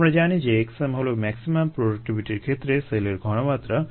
আমরা জানি যে xm হলো ম্যাক্সিমাম প্রোডাক্টিভিটির ক্ষেত্রে সেলের ঘনমাত্রা